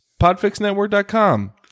PodfixNetwork.com